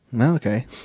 Okay